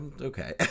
okay